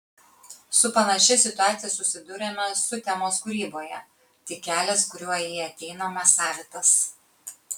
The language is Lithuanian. su panašia situacija susiduriame sutemos kūryboje tik kelias kuriuo į ją ateinama savitas